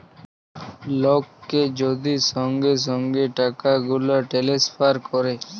লককে যদি সঙ্গে সঙ্গে টাকাগুলা টেলেসফার ক্যরে